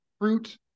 fruit